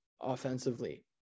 offensively